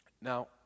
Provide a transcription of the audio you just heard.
Now